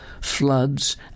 floods